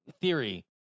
theory